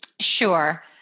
Sure